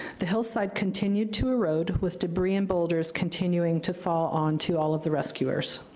the hillside continued to erode, with debris and boulders continuing to fall onto all of the rescuers.